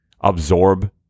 absorb